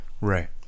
right